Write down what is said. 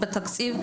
שחשיבות המקצוע הזה,